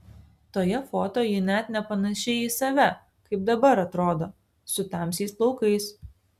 toje foto ji net nepanaši į save kaip dabar atrodo su tamsiais plaukais